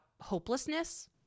hopelessness